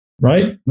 Right